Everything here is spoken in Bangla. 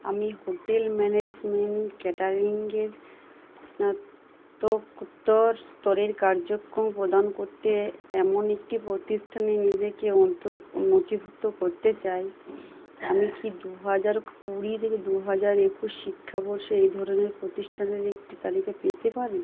আমি হোটেল ম্যানেজমেন্ট ক্যাটারিংয়ের স্নাতকোত্তর স্তরের কার্যক্রম প্রদান করতে এমন একটি প্রতিষ্ঠানে নিজেকে নথিভুক্ত করতে চাই আমি কি দুহাজার কুড়ি থেকে দুহাজার একুশ শিক্ষাবর্ষে এই ধরনের প্রতিষ্ঠানের একটি তালিকা পেতে পারি